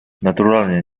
naturalnie